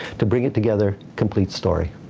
to bring it together complete story.